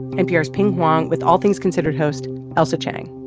npr's pien huang with all things considered host ailsa chang